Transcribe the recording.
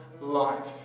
life